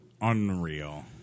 unreal